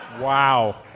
Wow